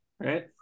Right